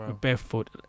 Barefoot